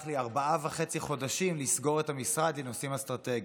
לי 4.5 חודשים לסגור את המשרד לנושאים אסטרטגיים.